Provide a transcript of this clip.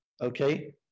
okay